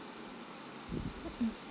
mm